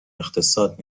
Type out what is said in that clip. اقتصاد